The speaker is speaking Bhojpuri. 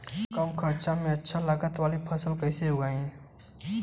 कम खर्चा में अच्छा लागत वाली फसल कैसे उगाई?